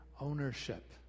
ownership